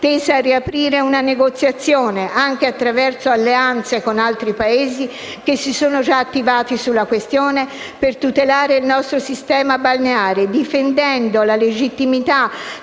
tesa a riaprire una negoziazione, anche attraverso alleanze con altri Paesi che si sono già attivati sulla questione, per tutelare il nostro sistema balneare, difendendo la legittimità